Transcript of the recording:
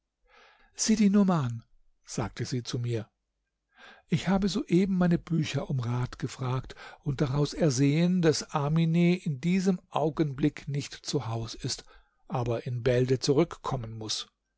sidi numan sagte sie zu mir ich habe soeben meine bücher um rat gefragt und daraus ersehen daß amine in diesem augenblick nicht zu haus ist aber in bälde zurückkommen muß